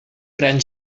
gran